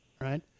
right